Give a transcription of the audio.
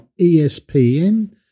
ESPN